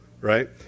right